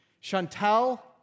Chantal